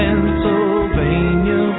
Pennsylvania